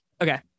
Okay